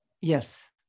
yes